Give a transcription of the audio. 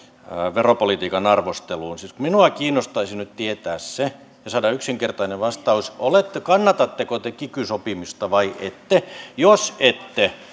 veropolitiikan arvosteluun siis minua kiinnostaisi nyt tietää se ja saada yksinkertainen vastaus siihen kannatatteko te kiky sopimusta vai ette jos ette